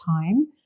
time